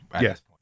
yes